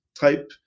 type